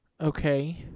Okay